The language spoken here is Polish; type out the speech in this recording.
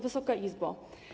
Wysoka Izbo!